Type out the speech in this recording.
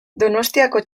donostiako